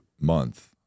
month